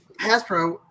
Hasbro